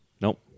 Nope